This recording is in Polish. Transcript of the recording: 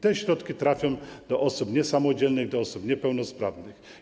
Te środki trafią do osób niesamodzielnych, do osób niepełnosprawnych.